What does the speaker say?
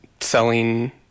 selling